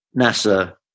NASA